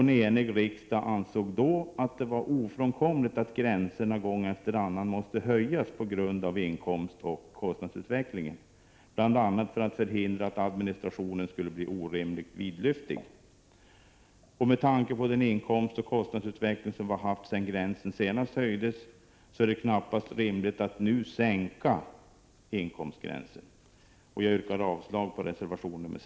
En enig riksdag ansåg då att det var ofrånkomligt att gränserna gång efter annan höjs på grund av inkomstoch kostnadsutvecklingen, bl.a. för att hindra att administrationen skulle bli orimligt vidlyftig. Med tanke på den inkomstoch kostnadsutveckling som vi har haft sedan gränsen senast höjdes är det knappast rimligt att nu sänka inkomstgränsen. Jag yrkar avslag på reservation 6.